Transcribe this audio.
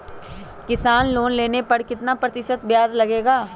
किसान लोन लेने पर कितना प्रतिशत ब्याज लगेगा?